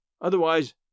Otherwise